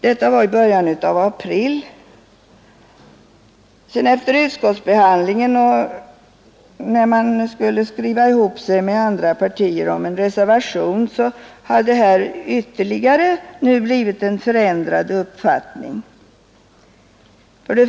Detta var i början av april. När man efter utskottsbehandlingen skulle skriva ihop sig med andra partier om en reservation, hade uppfattningen ytterligare förändrats.